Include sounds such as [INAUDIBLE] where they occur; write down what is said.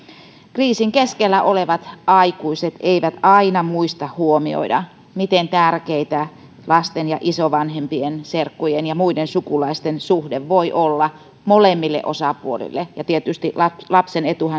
kriisin keskellä olevat aikuiset eivät aina muista huomioida miten tärkeä lasten ja isovanhempien serkkujen tai muiden sukulaisten suhde voi olla molemmille osapuolille ja tietysti kaikkein tärkeintähän on lapsen etua [UNINTELLIGIBLE]